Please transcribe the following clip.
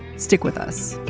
stick with us